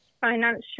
financial